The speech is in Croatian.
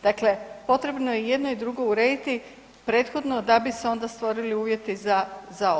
Dakle, potrebno je jedno i drugo urediti prethodno da bi se onda stvorili uvjeti za ovo.